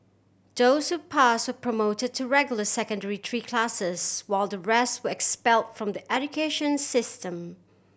those who pass were promoted to regular Secondary Three classes while the rest were expel from the education system